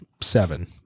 seven